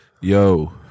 Yo